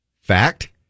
Fact